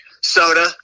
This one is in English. Soda